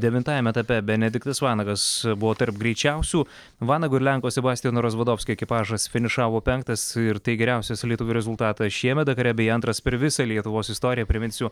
devintajame etape benediktas vanagas buvo tarp greičiausių vanago ir lenko sebastiano rozvadovskio ekipažas finišavo penktas ir tai geriausias lietuvių rezultatas šiemet dakare beje antras per visą lietuvos istoriją priminsiu